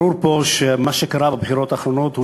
ברור פה שמה שקרה בבחירות האחרונות הוא